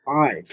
five